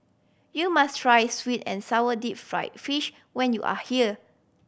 you must try sweet and sour deep fried fish when you are here